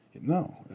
No